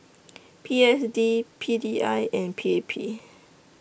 P S D P D I and P A P